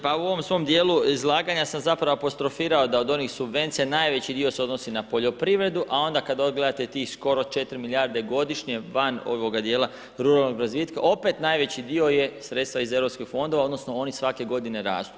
Pa u ovom svom dijelu izlaganja sam zapravo apostrofirao da od onih subvencija najveći dio se odnosi na poljoprivredu, a onda kada gledate skoro 4 milijarde godišnje, van ovoga dijela ruralnog razvitka, opet najveći dio je sredstva iz europskih fondova, odnosno, oni svake g. rastu.